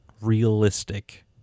realistic